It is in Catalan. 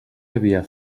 havia